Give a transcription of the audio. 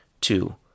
Two